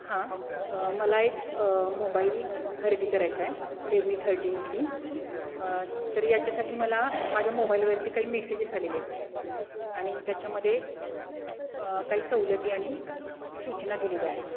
हां मला एक मोबाईल खरेदी करायचा आहे रेडमी थर्टीन सी तर याच्यासाठी मला माझ्या मोबाईलवरती काही मेसेजेस आलेले आहेत आणि त्याच्यामध्ये काही सवलती आणि सूचना दिलेल्या आहेत